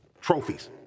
trophies